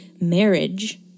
marriage